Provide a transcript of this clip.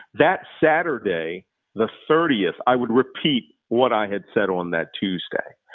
that saturday the thirtieth, i would repeat what i had said on that tuesday,